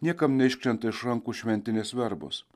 niekam neiškrenta iš rankų šventinės verbos